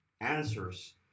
answers